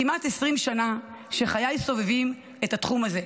כמעט 20 שנה שחיי סובבים את התחום הזה,